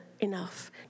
enough